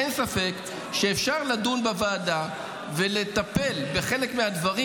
אין ספק שאפשר לדון בוועדה ולטפל בחלק מהדברים